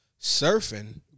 surfing